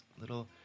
little